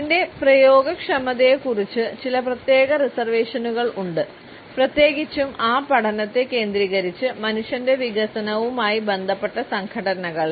അതിന്റെ പ്രയോഗക്ഷമതയെക്കുറിച്ച് ചില പ്രത്യേക റിസർവേഷനുകൾ ഉണ്ട് പ്രത്യേകിച്ചും ആ പഠനത്തെ കേന്ദ്രീകരിച്ച് മനുഷ്യന്റെ വികസനവുമായി ബന്ധപ്പെട്ട സംഘടനകളിൽ